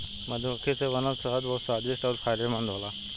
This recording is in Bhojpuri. मधुमक्खी से बनल शहद बहुत स्वादिष्ट अउरी फायदामंद होला